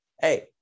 Hey